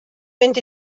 mynd